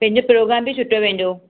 पंहिंजो प्रोग्राम बि सुठो वेंदो